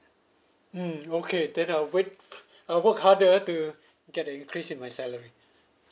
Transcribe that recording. mm okay then I'll wait I'll work harder to get a increase in my salary